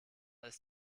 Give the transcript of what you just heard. ist